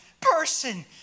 person